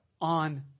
on